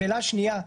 השאלה השנייה,